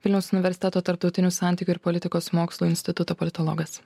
vilniaus universiteto tarptautinių santykių ir politikos mokslų instituto politologas